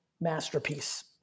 masterpiece